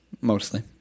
mostly